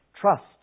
trust